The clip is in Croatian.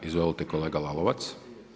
Izvolite kolega Lalovac.